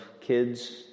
kids